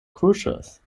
kuŝas